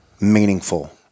meaningful